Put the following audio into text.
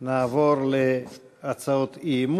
(זכאות לנקודות זיכוי להורה במשפחה חד-הורית שנישא